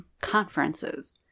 conferences